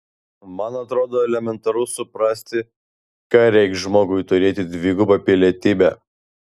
man atrodo elementaru suprasti ką reikš žmogui turėti dvigubą pilietybę